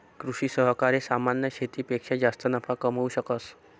कृषि सहकारी सामान्य शेतीपेक्षा जास्त नफा कमावू शकस